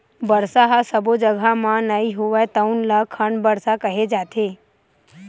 बरसा ह सब्बो जघा म नइ होवय तउन ल खंड बरसा केहे जाथे